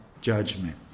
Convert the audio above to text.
judgment